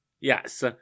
Yes